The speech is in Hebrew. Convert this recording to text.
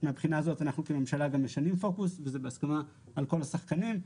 מהבחינה הזאת אנחנו כממשלה גם משנים פוקוס וזה בהסכמה על כל השחקנים,